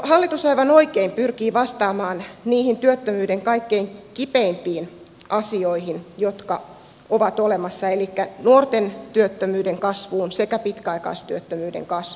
hallitus aivan oikein pyrkii vastaamaan niihin työttömyyden kaikkein kipeimpiin asioihin jotka ovat olemassa elikkä nuorten työttömyyden kasvuun sekä pitkäaikaistyöttömyyden kasvuun